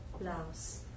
blouse